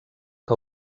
que